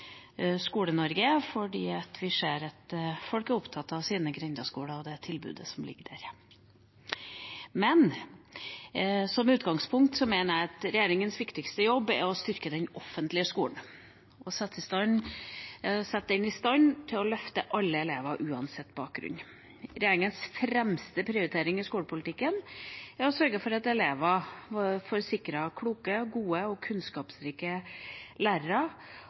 vi ser at folk er opptatt av sine grendeskoler og det tilbudet de gir. Som utgangspunkt mener jeg at regjeringas viktigste jobb er å sikre den offentlige skolen og sette den i stand til å løfte alle elever, uansett bakgrunn. Regjeringas fremste prioritering i skolepolitikken er å sørge for at elever får sikret kloke, gode og kunnskapsrike lærere,